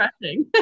refreshing